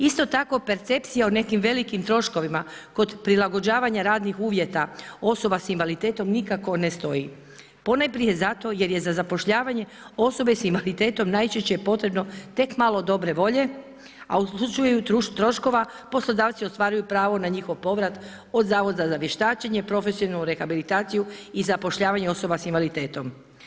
Isto tako percepcija o nekim velikim troškovima kod prilagođavanja radnih uvjeta osoba invaliditetom nikako ne stoji ponajprije zato jer je za zapošljavanje osobe s invaliditetom najčešće potrebno tek malo dobre volje, a u slučaju troškova poslodavci ostvaruju pravo na njihov povrat od zavoda za vještačenje, profesionalnu rehabilitaciju i zapošljavanje osoba s invaliditetom.